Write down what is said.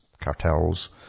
cartels